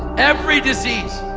every disease,